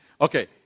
okay